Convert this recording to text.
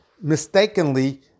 mistakenly